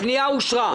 הצבעה הפנייה אושרה.